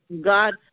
God